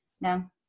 No